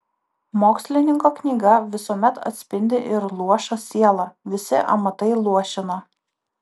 mokslininko knyga visuomet atspindi ir luošą sielą visi amatai luošina